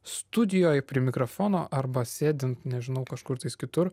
studijoje prie mikrofono arba sėdint nežinau kažkur kitur